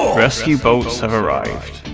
rescue boats have arrived.